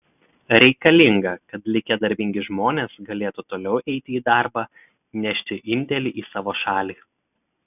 reikalinga kad likę darbingi žmonės galėtų toliau eiti į darbą nešti indėlį į savo šalį